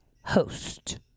host